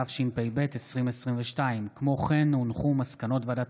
התשפ"ב 2022. כמו כן הונחו מסקנות ועדת